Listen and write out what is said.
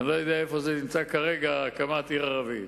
אני לא יודע איפה זה נמצא כרגע, הקמת עיר ערבית,